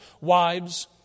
wives